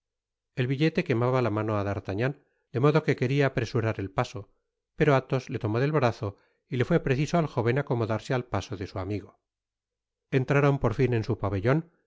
el billete quemaba la mano á d'artagnan de modo que queria apresurar el paso pero athos le tomó del brazo y le fué preciso al jóven acomodarse al paso de su amigo entraron por fin en su pabellon